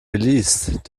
geleast